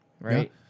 right